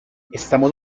estamos